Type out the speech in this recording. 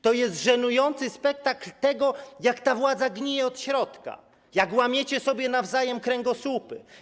To jest żenujący spektakl pokazujący, jak ta władza gnije od środka, jak łamiecie sobie nawzajem kręgosłupy.